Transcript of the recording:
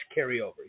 carryover